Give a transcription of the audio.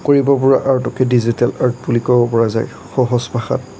কৰিব পৰা আৰ্টকে ডিজিটেল আৰ্ট বুলি ক'ব পৰা যায় সহজ ভাষাত